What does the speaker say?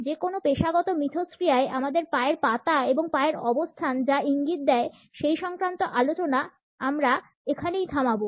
যে কোন পেশাগত মিথস্ক্রিয়ায় আমাদের পায়ের পাতা এবং পায়ের অবস্থান যা ইঙ্গিত দেয় সেই সংক্রান্ত আলোচনা আমরা এখানেই থামবো